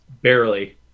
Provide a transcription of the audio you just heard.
Barely